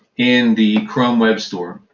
in the chrome web store,